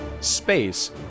space